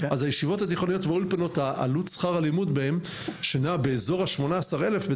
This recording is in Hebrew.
אז עלות שכר הלימוד בישיבות התיכוניות ובאולפנות נעה סביב 18,000 שקלים.